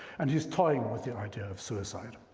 and he's toying with the idea of suicide.